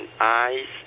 eyes